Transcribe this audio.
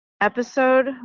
episode